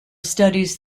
studies